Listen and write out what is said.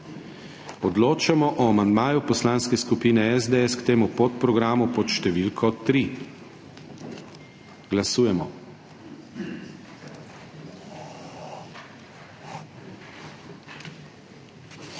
Odločamo o amandmaju Poslanske skupine SDS k temu podprogramu pod številko 1. Glasujemo.